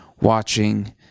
watching